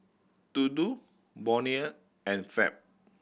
Dodo Bonia and Fab